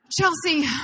Chelsea